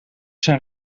zijn